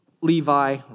Levi